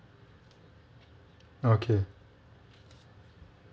okay